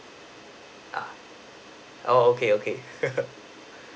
uh oo okay okay